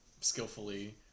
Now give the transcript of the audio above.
skillfully